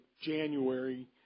January